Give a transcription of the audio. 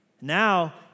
Now